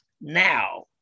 now